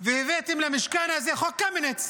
והבאתם למשכן הזה את חוק קמיניץ